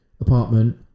apartment